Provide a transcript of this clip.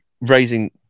raising